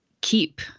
keep